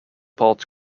part